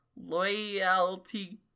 loyalty